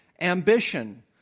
ambition